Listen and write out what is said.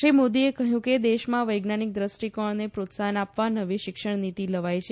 શ્રી મોદીએ કહ્યું કે દેશમાં વૈજ્ઞાનીક દ્રષ્ટીકોણને પ્રોત્સાહન આપવા નવી શિક્ષણનીતી લવાઇ છે